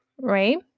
right